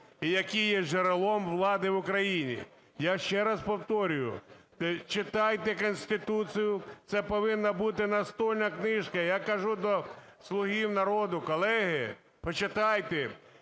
і які є джерелом влади в Україні. Я ще раз повторюю, читайте Конституцію, це повинна бути настольна книжка, я кажу до "Слуги народу". Колеги, почитайте,